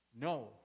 No